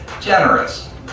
generous